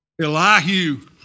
Elihu